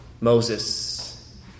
Moses